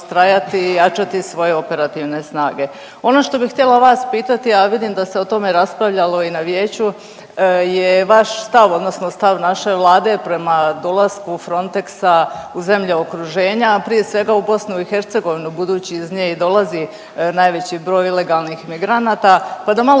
i jačati svoje operativne snage. Ono što bi htjela vas pitati, a vidim da se o tome raspravljalo i na Vijeću je vaš stav odnosno stav naše Vlade prema dolasku Frontexa u zemlje okruženja, a prije svega u BiH budući iz nje i dolazi najveći broj ilegalnih migranata, pa da malo